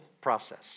process